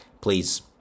please